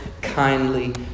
kindly